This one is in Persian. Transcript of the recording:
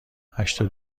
هشتاد